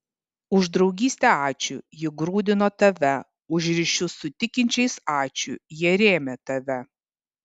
už draugystę ačiū ji grūdino tave už ryšius su tikinčiais ačiū jie rėmė tave